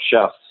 chefs